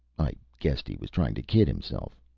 i guessed he was trying to kid himself.